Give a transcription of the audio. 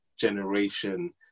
generation